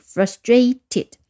Frustrated